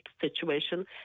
situation